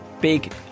big